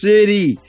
City